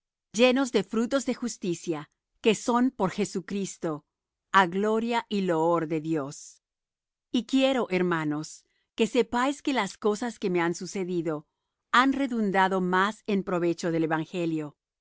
llenos de frutos de justicia que son por jesucristo á gloria y loor de dios y quiero hermanos que sepáis que las cosas que me han sucedido han redundado más en provecho del evangelio